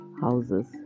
houses